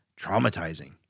traumatizing